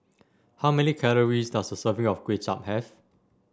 how many calories does a serving of Kway Chap have